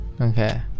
okay